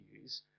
use